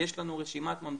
יש לנו רשימת ממתינים,